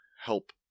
help